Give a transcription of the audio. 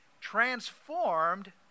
transformed